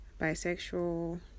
bisexual